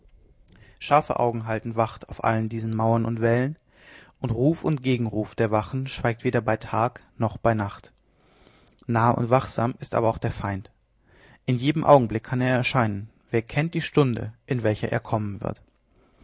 scharfe augen halten wacht auf allen diesen mauern und wällen und ruf und gegenruf der wachen schweigt weder bei tag noch bei nacht nahe und wachsam ist aber auch der feind in jedem augenblick kann er erscheinen wer kennt die stunde in welcher er kommen wird